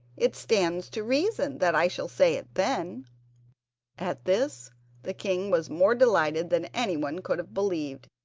it stands to reason that i shall say it then at this the king was more delighted than anyone could have believed.